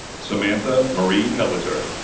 samantha marie peleter,